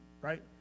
right